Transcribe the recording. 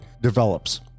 develops